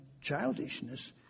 childishness